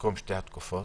מתוך שתי התקופות,